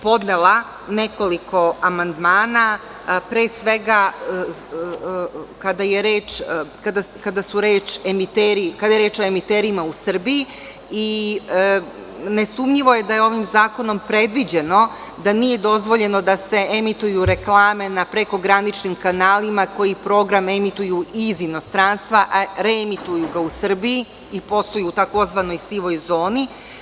Podnela sam nekoliko amandmana kada je reč o emiterima u Srbiji i ne sumnjivo da je ovim zakonom predviđeno da nije dozvoljeno da se emituju reklame na preko graničnim kanalima koji program emituju iz inostranstva, a reemituju ga u Srbiji i posluju u tzv. sivoj zoni.